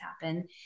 happen